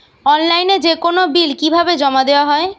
অনলাইনে যেকোনো বিল কিভাবে জমা দেওয়া হয়?